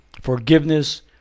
forgiveness